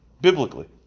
biblically